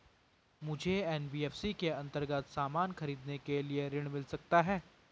मुझे एन.बी.एफ.सी के अन्तर्गत सामान खरीदने के लिए ऋण मिल सकता है?